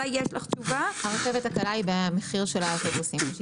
הרכבת הקלה היא במחיר של האוטובוסים.